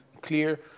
clear